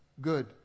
good